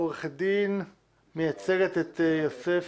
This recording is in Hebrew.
עורכת דין מייצגת את יוסף